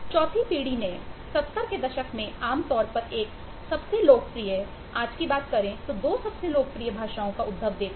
चौथी पीढ़ी ने 70 के दशक में आमतौर पर एक सबसे लोकप्रिय आज की बात करें तो दो सबसे लोकप्रिय भाषाओं का उद्भव देखा